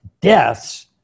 deaths